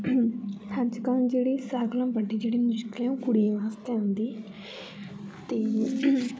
अज्ज कल्ल जेह्डी सारे कोला बडडी जेह्डी मुश्किल ऐ ओ कुडिय़ां वास्तै आंदी ऐ ते